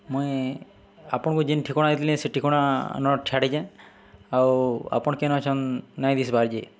ମୁଇଁ ଆପଣ୍କୁ ଯେନ୍ ଠିକଣା ହେଇଥିଲି ସେ ଠିକଣା ନ ଠାଆଡ଼ିଚେଁ ଆଉ ଆପଣ୍ କେନ ଅଛନ୍ ନାଇଁ ଦିସ୍ବାର୍ ଯେ